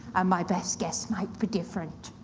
um my best guess might be different.